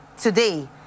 Today